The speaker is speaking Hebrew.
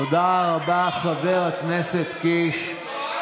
תודה רבה, חבר הכנסת קיש.